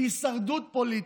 בהישרדות פוליטית.